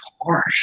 harsh